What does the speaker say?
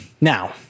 now